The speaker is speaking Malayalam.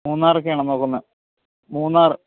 മൂന്നാറൊക്കെയാണോ നോക്കുന്നെ മൂന്നാര്